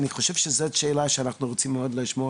אני חושב שזאת שאלה שאנחנו רוצים מאוד לשמוע